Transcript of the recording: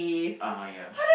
ah ya